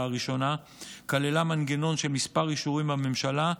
הראשונה כללה מנגנון של כמה אישורים מהממשלה,